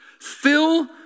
fill